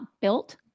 built